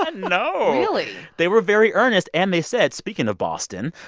no really? they were very earnest. and they said speaking of boston,